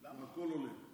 והכול עולה?